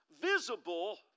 visible